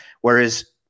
Whereas